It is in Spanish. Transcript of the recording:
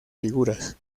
figuras